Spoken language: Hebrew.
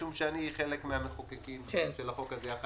אני חלק מהמחוקקים של החוק הזה.